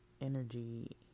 energy